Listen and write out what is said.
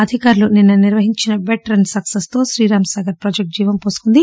అధికారులు నిన్న నిర్వహించిన పెట్ రన్ సక్పెస్ తో శ్రీరాంసాగర్ ప్రాజెక్ట్ జీవం పోసుకుంది